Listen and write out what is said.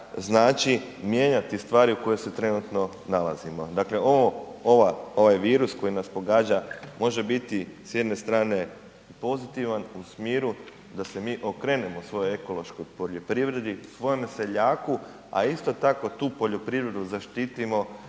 znači mijenjati stvari u kojoj se trenutno nalazimo, dakle, ovo, ova, ovaj virus koji nas pogađa može biti s jedne strane i pozitivan u smjeru da se mi okrenemo svojoj ekološkoj poljoprivredi, svome seljaku, a isto tako tu poljoprivredu zaštitimo